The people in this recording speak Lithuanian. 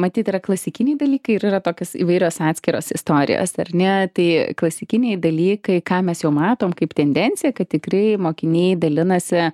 matyt yra klasikiniai dalykai ir yra tokios įvairios atskiros istorijos ar ne tai klasikiniai dalykai ką mes jau matom kaip tendenciją kad tikrai mokiniai dalinasi